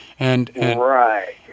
Right